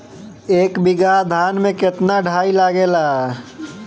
एक बीगहा धान में केतना डाई लागेला?